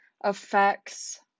affects